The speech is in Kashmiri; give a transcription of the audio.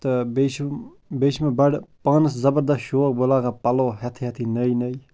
تہٕ بیٚیہِ چھُ بیٚیہِ چھِ مےٚ بَڑٕ پانَس زبردست شوق بہٕ لاگہٕ ہا پَلو ہٮ۪تھٕے ہٮ۪تھٕے نٔے نٔے